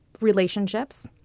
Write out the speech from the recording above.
relationships